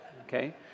Okay